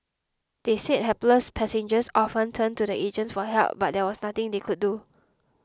they said hapless passengers often turned to the agents for help but there was nothing they could do